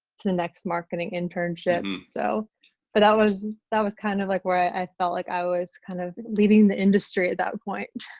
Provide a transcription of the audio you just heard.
to the next marketing internship. so but that was that was kind of like where i felt like i was kind of leading the industry at that point.